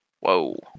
Whoa